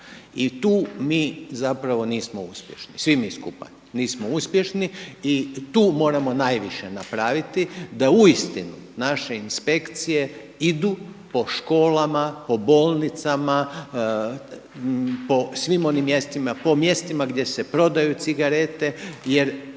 I tu mi zapravo nismo uspješni, svi mi skupa nismo uspješni i tu moramo najviše napraviti da uistinu naše inspekcije idu po školama, po bolnicama, po svim onim mjestima, po mjestima gdje se prodaju cigarete, jer